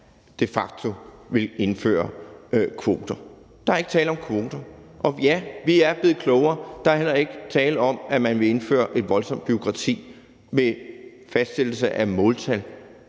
de facto ville indføre kvoter. Der er ikke tale om kvoter, og ja, vi er blevet klogere. Der er heller ikke tale om, at man vil indføre et voldsomt bureaukrati med fastsættelse af måltal.